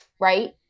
right